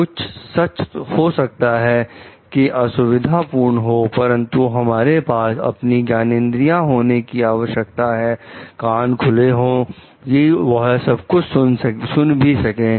तो कुछ सच हो सकता है कि असुविधा पूर्ण हो परंतु हमारे पास अपनी ज्ञानेंद्रियां होने की आवश्यकता है कान खुले हो कि वह सब कुछ सुन भी सकें